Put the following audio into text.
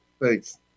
Thanks